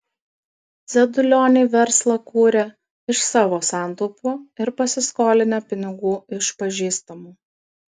dzedulioniai verslą kūrė iš savo santaupų ir pasiskolinę pinigų iš pažįstamų